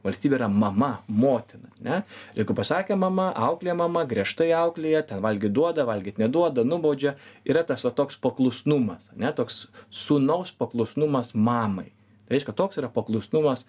valstybė yra mama motina ane jeigu pasakė mama auklėja mama griežtai auklėja ten valgyt duoda valgyt neduoda nubaudžia yra tas va toks paklusnumas ane toks sūnaus paklusnumas mamai tai reiškia toks yra paklusnumas